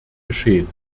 geschehen